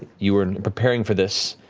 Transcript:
you were preparing for this,